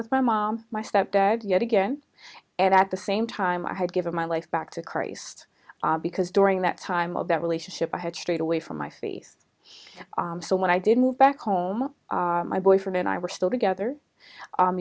with my mom my stepdad yet again and at the same time i had given my life back to christ because during that time of that relationship i had strayed away from my face so when i didn't move back home my boyfriend and i were still together